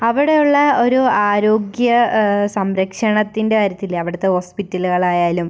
അവിടെയുള്ള ഒരു ആരോഗ്യ സംരക്ഷണത്തിൻ്റെ കാര്യത്തില് അവിടുത്തെ ഹോസ്പിറ്റലുകളായാലും